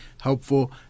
helpful